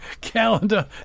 calendar